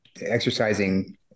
exercising